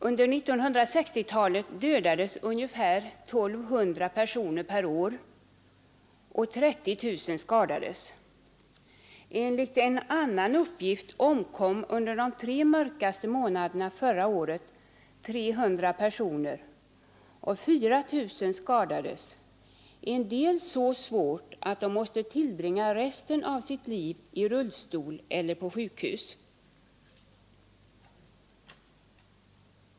Under 1960-talet dödades ungefär 1 200 personer per år och 30 000 skadades. Enligt en annan uppgift omkom under de tre mörkaste månaderna förra året 300 personer och 4 000 skadades, en del så svårt att de måste tillbringa resten av sitt liv i rullstol eller på sjukhus.